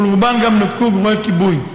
ולרובן גם נופקו גרורי כיבוי.